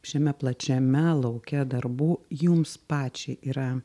šiame plačiame lauke darbų jums pačiai yra